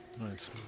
Nice